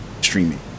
streaming